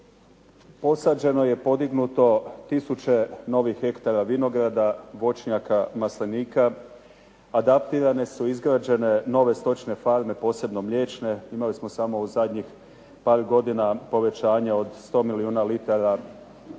posađeno je i podignuto tisuće novih hektara vinograda, voćnjaka, maslinika, adaptirane su i izgrađene nove stočne farme posebno mliječne. Imali smo samo u zadnjih par godina povećanje od 100 milijuna litara mlijeka.